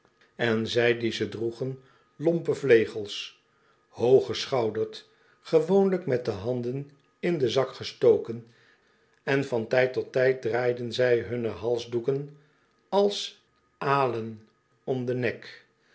en zij die ze droegen lompe vlegels hooggeschouderd gewoonlijk met de handen in den zak gestoken en van tijd tot tijd draaiden zij hunne halsdoeken als alen om den nek